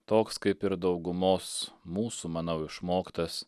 toks kaip ir daugumos mūsų manau išmoktas